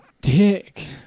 dick